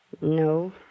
No